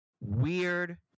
weird